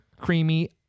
creamy